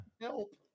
Help